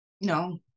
No